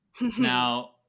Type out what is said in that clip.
Now